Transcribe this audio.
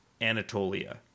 Anatolia